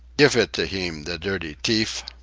gif it to heem, the dirty t'eef!